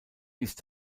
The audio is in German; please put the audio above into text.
ist